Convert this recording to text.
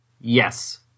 yes